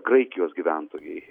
graikijos gyventojai